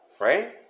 right